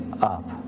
up